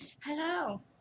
Hello